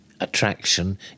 Attraction